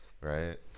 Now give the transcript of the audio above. right